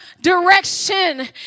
direction